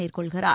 மேற்கொள்கிறார்